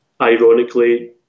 ironically